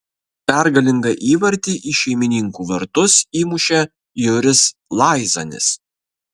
pergalingą įvartį į šeimininkų vartus įmušė juris laizanis